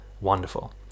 wonderful